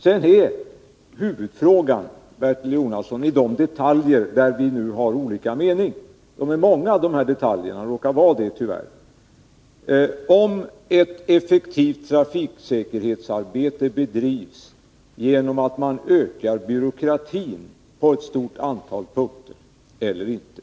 Men, Bertil Jonasson, huvudfrågan när det gäller de detaljer där vi nu har olika mening — och de är tyvärr många — är inte om ett effektivt trafiksäkerhetsarbete skall bedrivas genom att man utökar byråkratin på ett stort antal punkter eller inte.